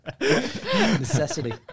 Necessity